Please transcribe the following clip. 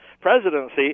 presidency